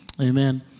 Amen